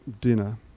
dinner